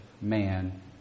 man